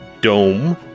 dome